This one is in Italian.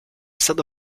stato